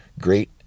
great